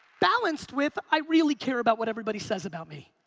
balanced with, i really care about what everybody says about me.